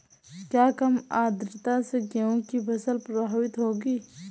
क्या कम आर्द्रता से गेहूँ की फसल प्रभावित होगी?